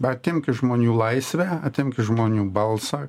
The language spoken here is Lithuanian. atimk iš žmonių laisvę atimk iš žmonių balsą